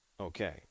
Okay